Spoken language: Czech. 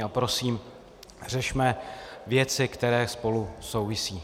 A prosím, řešme věci, které spolu souvisí.